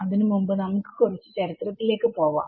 അതിന് മുമ്പ് നമുക്ക് കുറച്ചു ചരിത്രത്തിലേക്ക് പോവാം